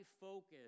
focus